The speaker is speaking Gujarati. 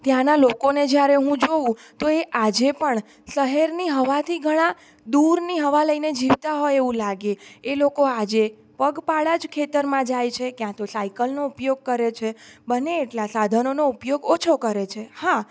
ત્યાંના લોકોને જ્યારે હું જોઉં તો એ આજે પણ શહેરની હવાથી ઘણા દૂરની હવા લઈને જીવતા હોય એવું લાગે એ લોકો આજે પગપાળા જ ખેતરમાં જાય છે ક્યાં તો સાયકલનો ઉપયોગ કરે છે બને એટલા સાધનોનો ઉપયોગ ઓછો કરે છે હા